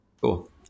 Cool